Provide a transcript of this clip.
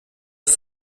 ist